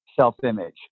self-image